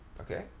okay